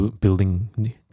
building